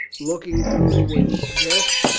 looking through the wind. yes.